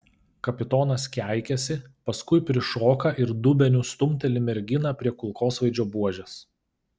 kapitonas keikiasi paskui prišoka ir dubeniu stumteli merginą prie kulkosvaidžio buožės